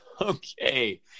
Okay